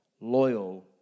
loyal